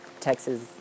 Texas